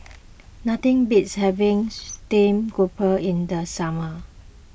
nothing beats having Stream Grouper in the summer